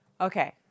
Okay